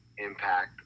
impact